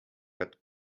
hat